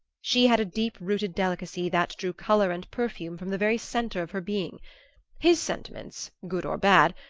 she had a deep-rooted delicacy that drew color and perfume from the very centre of her being his sentiments, good or bad,